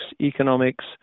economics